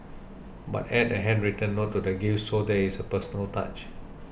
but add a handwritten note to the gift so there is a personal touch